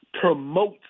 promotes